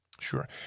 Sure